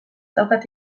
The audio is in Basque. daukat